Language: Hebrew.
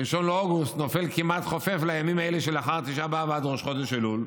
1 באוגוסט נופל כמעט חופף לימים האלה שלאחר ט' באב ועד ראש חודש אלול.